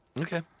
Okay